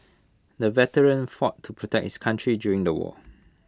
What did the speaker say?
the veteran fought to protect his country during the war